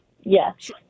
Yes